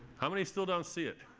how many still don't see it?